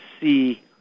see